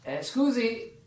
Scusi